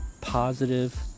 positive